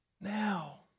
now